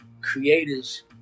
creators